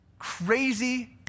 crazy